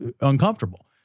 uncomfortable